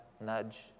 nudge